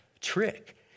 trick